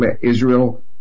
Israel